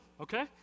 Okay